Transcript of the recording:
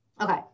Okay